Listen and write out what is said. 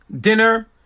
dinner